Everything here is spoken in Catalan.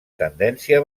tendència